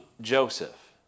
Joseph